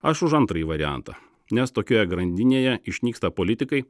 aš už antrąjį variantą nes tokioje grandinėje išnyksta politikai